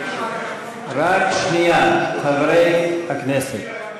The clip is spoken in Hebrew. רק שנייה, חברי הכנסת.